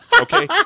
okay